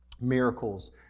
miracles